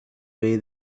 way